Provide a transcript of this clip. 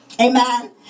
amen